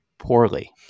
poorly